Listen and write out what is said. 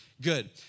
good